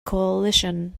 coalition